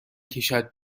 کشد